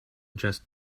just